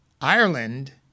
Ireland